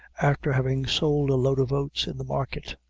after having sold a load of oats in the market.